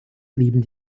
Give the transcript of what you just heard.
blieben